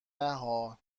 نهها